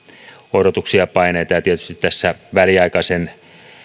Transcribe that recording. odotuksia paineita on ja tietysti tässä